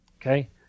okay